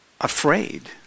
afraid